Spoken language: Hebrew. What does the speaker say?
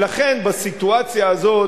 ולכן בסיטואציה הזאת,